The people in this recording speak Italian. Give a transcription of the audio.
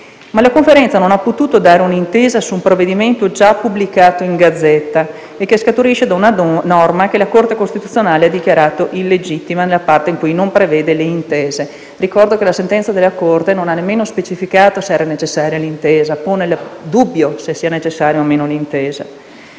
ma la Conferenza non ha potuto dare un'intesa su un provvedimento già pubblicato in Gazzetta e che scaturisce da una norma che la Corte costituzionale ha dichiarato illegittima nella parte in cui non prevede le intese. Ricordo che la sentenza della Corte non ha nemmeno specificato se era necessaria l'intesa e pone quindi in dubbio tale